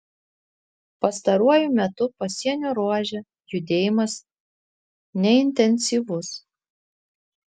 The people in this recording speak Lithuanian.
pastaruoju metu pasienio ruože judėjimas neintensyvus